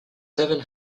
seven